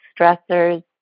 stressors